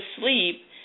sleep